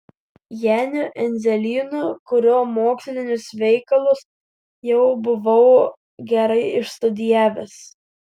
janiu endzelynu kurio mokslinius veikalus jau buvau gerai išstudijavęs